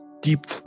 deep